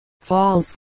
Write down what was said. falls